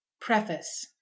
Preface